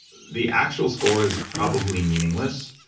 the actual score is probably meaningless,